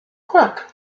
crook